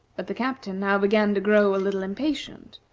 but the captain now began to grow a little impatient,